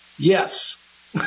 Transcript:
Yes